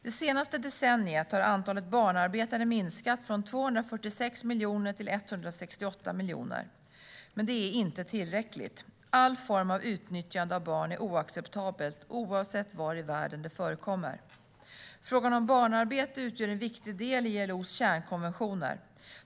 Det senaste decenniet har antalet barnarbetare minskat från 246 miljoner till 168 miljoner. Men det är inte tillräckligt. All form av utnyttjande av barn är oacceptabelt oavsett var i världen det förekommer. Frågan om barnarbete utgör en viktig del i ILO:s kärnkonventioner.